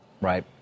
Right